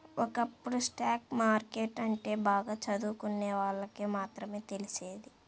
ఒకప్పుడు stock market అంటే బాగా చదువుకున్నోళ్ళకి మాత్రమే తెలిసేది